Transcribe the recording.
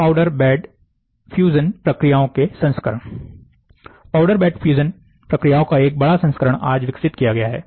powder bed fusion प्रक्रियाओं के संस्करण पाउडर बेड फ्यूज़न प्रक्रियाओं का एक बड़ा संस्करण आज विकसित किया गया है